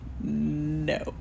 no